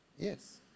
Yes